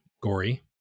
gory